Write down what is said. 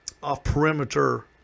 off-perimeter